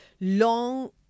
long